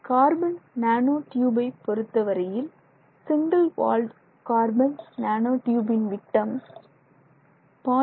carbon nano டியூபை பொறுத்தவரையில் single walled carbon nano டியூபின் விட்டம் 0